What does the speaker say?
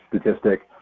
statistic